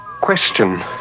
Question